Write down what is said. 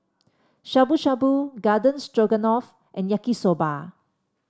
Shabu Shabu Garden Stroganoff and Yaki Soba